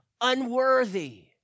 unworthy